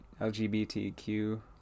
lgbtq